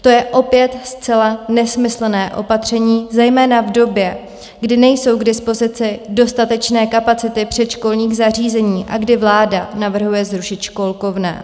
To je opět zcela nesmyslné opatření, zejména v době, kdy nejsou k dispozici dostatečné kapacity předškolních zařízení a kdy vláda navrhuje zrušit školkovné.